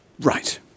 Right